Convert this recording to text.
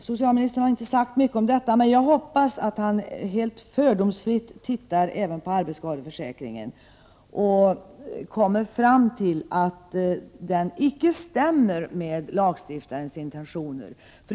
Socialministern har inte sagt mycket om detta, men jag hoppas att han ser helt fördomsfritt även på arbetsskadeförsäkringen och kommer fram till att den icke stämmer med lagstiftarens intentioner.